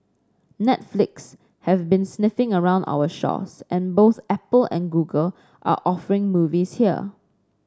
netflix has been sniffing around our shores and both Apple and Google are offering movies here